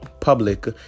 public